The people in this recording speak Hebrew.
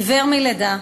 עיוור מלידה,